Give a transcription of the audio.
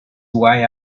why